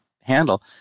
handle